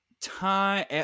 time